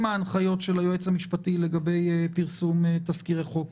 ההנחיות של היועץ המשפטי לגבי פרסום תזכירי חוק,